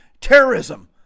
terrorism